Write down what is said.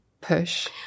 push